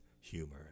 humor